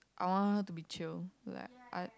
I want her to be chill like I